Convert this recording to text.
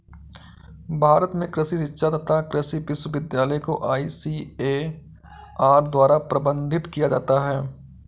भारत में कृषि शिक्षा तथा कृषि विश्वविद्यालय को आईसीएआर द्वारा प्रबंधित किया जाता है